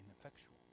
ineffectual